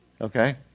Okay